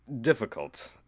difficult